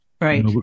Right